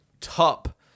top